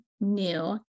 new